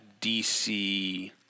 DC